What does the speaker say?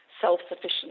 self-sufficient